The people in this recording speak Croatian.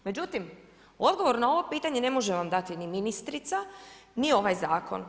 Međutim, odgovor na ovo pitanje ne može vam dati ni ministrica, ni ovaj zakon.